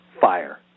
fire